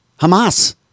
hamas